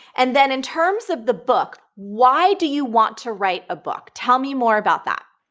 and then in terms of the book, why do you want to write a book? tell me more about that.